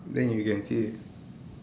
then you can see